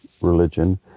religion